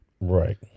Right